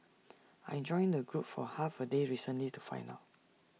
I joined the group for half A day recently to find out